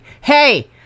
Hey